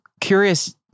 curious